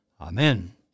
Amen